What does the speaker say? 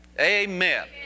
Amen